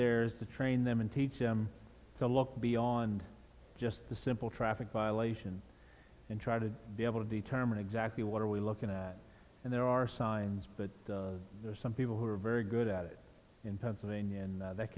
to train them and teach them to look beyond just the simple traffic violation and try to be able to determine exactly what are we looking at and there are signs but there are some people who are very good at it in pennsylvania and